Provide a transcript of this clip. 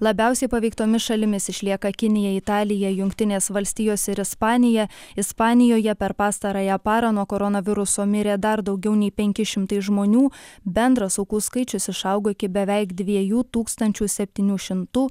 labiausiai paveiktomis šalimis išlieka kinija italija jungtinės valstijos ir ispanija ispanijoje per pastarąją parą nuo koronaviruso mirė dar daugiau nei penki šimtai žmonių bendras aukų skaičius išaugo iki beveik dviejų tūkstančių septynių šimtų